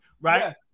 Right